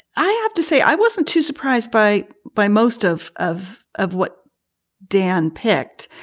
i have to say, i wasn't too surprised by by most of of of what dan picked.